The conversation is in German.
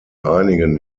einigen